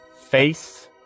face